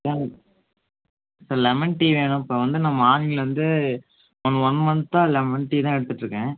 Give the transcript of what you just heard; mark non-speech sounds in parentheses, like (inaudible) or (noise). ஏன் lemon tea வேணும் இப்போ வந்து நான் (unintelligible) வந்து நான் ஒன் மந்த்தாக லெமன் டீ தான் எடுத்ததுட்டுருக்கேன்